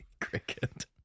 Cricket